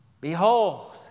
Behold